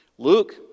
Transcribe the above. Luke